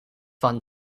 fund